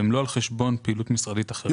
הם לא על חשבון פעילות משרדית אחרת.